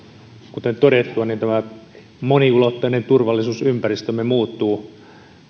kuten todettua tämä moniulotteinen turvallisuusympäristömme muuttuu